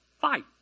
Fight